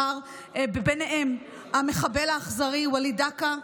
וביניהם המחבל האכזרי וליד דקה.